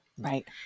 Right